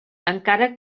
encara